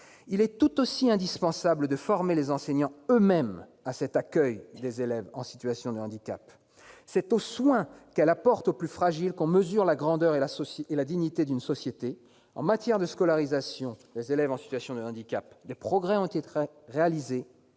il est tout aussi indispensable de former les enseignants eux-mêmes à cet accueil des élèves en situation de handicap. C'est au soin qu'elle apporte aux plus fragiles qu'on mesure la grandeur et la dignité d'une société. En matière de scolarisation des élèves en situation de handicap, des progrès ont été réalisés,